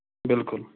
بِلکُل